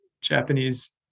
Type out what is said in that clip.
Japanese